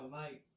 mate